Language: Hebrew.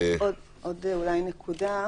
עוד נקודה.